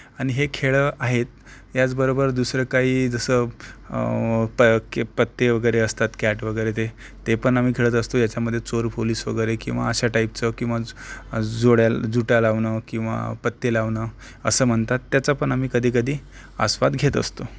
आणि हे खेळ आहेत याचबरोबर दुसरं काही जसं प पत्ते वगैरे असतात कॅट वगैरे ते ते पण आम्ही खेळत असतो याच्यामध्ये चोर पोलीस वगैरे किंवा अशा टाईपचं किंवा जोड्या जुड्या लावणं किंवा पत्ते लावणं असं म्हणतात त्याचा पण आम्ही कधी कधी आस्वाद घेत असतो